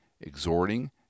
exhorting